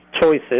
Choices